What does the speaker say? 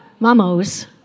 Mamos